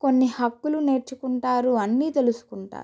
కొన్ని హక్కులు నేర్చుకుంటారు అన్నీ తెలుసుకుంటారు